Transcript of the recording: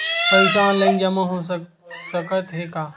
पईसा ऑनलाइन जमा हो साकत हे का?